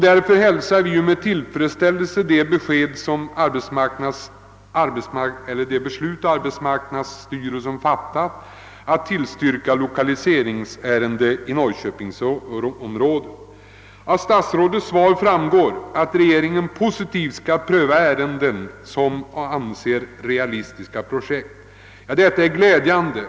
Därför hälsar vi arbetsmarknadsstyrelsens beslut att tillstyrka lokaliseringsärendet i norrköpingsområdet med stor tillfredsställelse. Av statsrådets svar framgår också att regeringen skall pröva alla realistiska projekt positivt. Detta är glädjande.